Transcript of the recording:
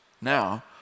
now